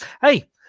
Hey